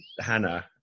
Hannah